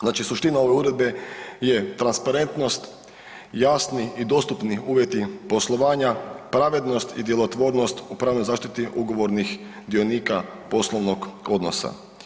Znači suština ove uredbe je transparentnost, jasni i dostupni uvjeti poslovanja, pravednost i djelotvornost u pravnoj zaštiti ugovornih dionika poslovnog odnosa.